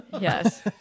Yes